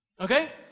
Okay